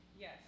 Yes